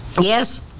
Yes